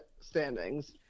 standings